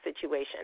situation